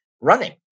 running